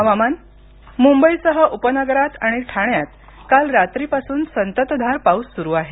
हवामान मुंबईसह उपनगरात आणि ठाण्यात काल रात्रीपासून संततधार पाऊस पडत आहे